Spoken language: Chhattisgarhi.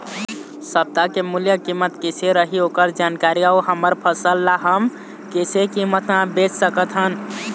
सप्ता के मूल्य कीमत कैसे रही ओकर जानकारी अऊ हमर फसल ला हम कैसे कीमत मा बेच सकत हन?